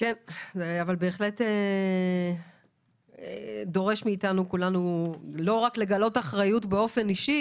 זה בהחלט דורש מכולנו לא רק לגלות אחריות באופן אישי,